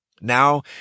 Now